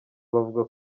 bavuga